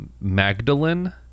Magdalene